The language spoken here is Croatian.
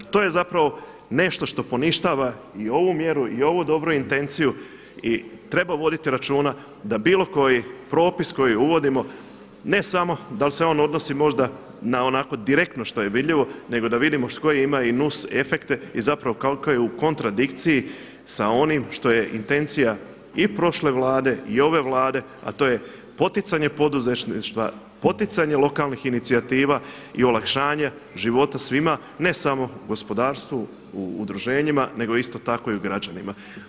To je zapravo nešto što poništava i ovu mjeru i ovu dobru intenciju i treba voditi računa da bilo koji propis koji uvodimo ne samo da li se on odnosi možda na onako direktno što je vidljivo, nego da vidimo koje ima i nusefekte i zapravo koliko je u kontradikciji sa onim što je intencija i prošle Vlade i ove Vlade, a to je poticanje poduzetništva, poticanje lokalnih inicijativa i olakšanja života svima ne samo gospodarstvu u udruženjima, nego isto tako i građanima.